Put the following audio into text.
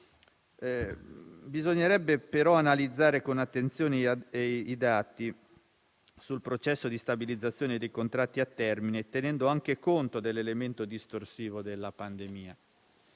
Bisognerebbe però analizzare con attenzione i dati sul processo di stabilizzazione dei contratti a termine, tenendo anche conto dell'elemento distorsivo della pandemia.